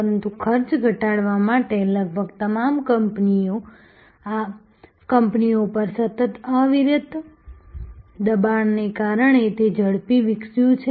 પરંતુ ખર્ચ ઘટાડવા માટે લગભગ તમામ કંપનીઓ પર સતત અવિરત દબાણને કારણે તે ઝડપથી વિકસ્યું છે